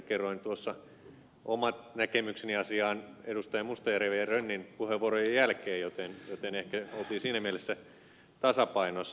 kerroin tuossa oman näkemykseni asiaan edustajien mustajärvi ja rönni puheenvuorojen jälkeen joten ehkä oltiin siinä mielessä tasapainossa